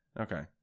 Okay